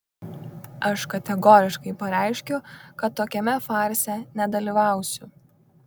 aš kategoriškai pareiškiu kad tokiame farse nedalyvausiu